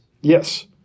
yes